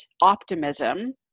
optimism